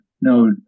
no